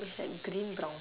it's like green brown